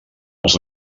els